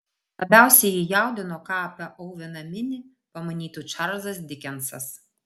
labiausiai jį jaudino ką apie oveną minį pamanytų čarlzas dikensas